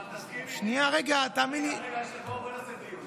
אבל תסכים איתי, שנייה, רגע, רגע, בוא נעשה דיון.